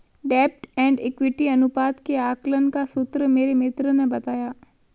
डेब्ट and equity अनुपात के आकलन का सूत्र मेरे मित्र ने बताया